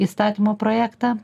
įstatymo projektą